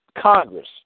Congress